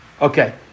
Okay